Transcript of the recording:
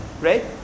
right